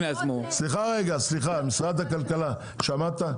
--- סליחה רגע, משרד הכלכלה, שמעת?